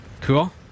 Cool